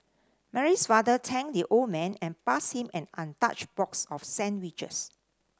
Mary's father thanked the old man and passed him an untouched box of sandwiches